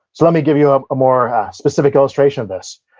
let me give you a more specific illustration of this.